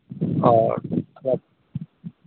और सब